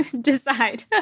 decide